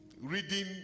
reading